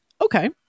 Okay